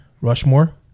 Rushmore